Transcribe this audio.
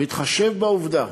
בהתחשב בעובדה